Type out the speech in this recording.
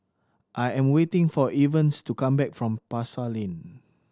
I am waiting for Evans to come back from Pasar Lane